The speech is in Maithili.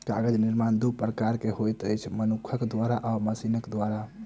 कागज निर्माण दू प्रकार सॅ होइत अछि, मनुखक द्वारा आ मशीनक द्वारा